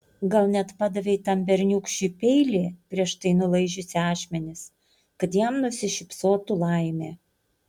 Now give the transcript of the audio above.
gal net padavei tam berniūkščiui peilį prieš tai nulaižiusi ašmenis kad jam nusišypsotų laimė